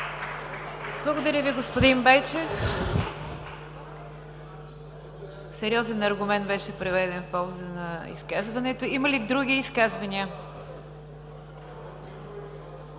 Благодаря Ви, господин Байчев. Сериозен аргумент беше приведен в полза на изказването. Има ли други изказвания?